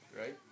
right